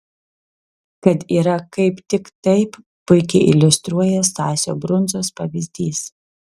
kad yra kaip tik taip puikiai iliustruoja stasio brundzos pavyzdys